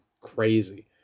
crazy